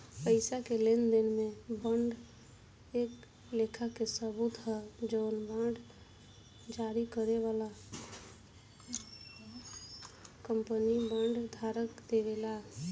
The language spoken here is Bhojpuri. पईसा के लेनदेन में बांड एक लेखा के सबूत ह जवन बांड जारी करे वाला कंपनी बांड धारक के देवेला